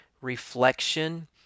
reflection